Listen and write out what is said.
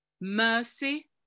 mercy